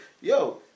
Yo